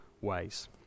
ways